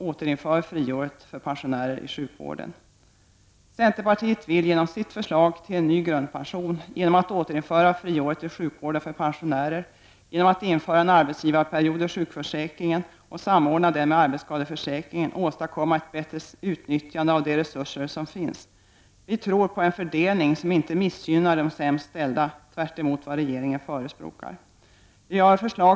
Återinför friåret för pensio Centerpartiet vill genom sitt förslag till en ny grundpension, genom att återinföra friåret i sjukvården för pensionärer, genom att införa en arbetsgivarperiod i sjukförsäkringen och genom att samordna den med arbetsskadeförsäkringen, åstadkomma ett bättre utnyttjande av de resurser som finns. Vi tror på en fördelning som inte missgynnar de sämst ställda, tvärtemot vad regeringen förespråkar.